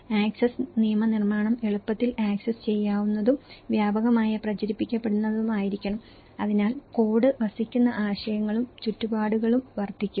access നിയമനിർമ്മാണം എളുപ്പത്തിൽ access ചെയ്യാവുന്നതും വ്യാപകമായി പ്രചരിപ്പിക്കപ്പെടുന്നതുമായിരിക്കണം അതിനാൽ കോഡ് വസിക്കുന്ന ആശയങ്ങളും ചുറ്റുപാടുകളും വർദ്ധിക്കും